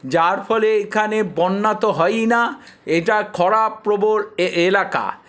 যার ফলে এখানে বন্যা তো হয়ই না এটা খরাপ্রবণ এ এলাকা